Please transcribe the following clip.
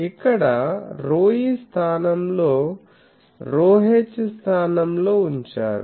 ఇక్కడ ρe స్థానంలో ρh స్థానంలో ఉంచారు